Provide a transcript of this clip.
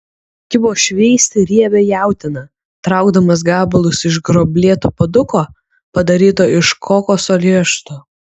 kibo šveisti riebią jautieną traukdamas gabalus iš gruoblėto puoduko padaryto iš kokoso riešuto